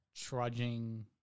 trudging